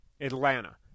Atlanta